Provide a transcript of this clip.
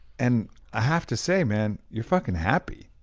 and i have to say, man, you're fucking happy.